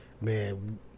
man